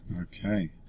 Okay